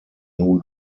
nun